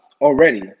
already